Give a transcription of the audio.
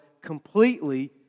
completely